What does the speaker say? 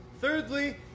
Thirdly